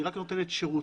היא רק נותנת שירותים,